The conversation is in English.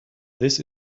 this